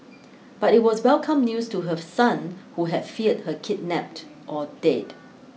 but it was welcome news to her son who had feared her kidnapped or dead